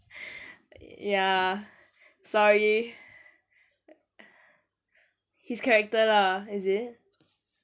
ya sorry his character lah is it